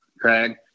Craig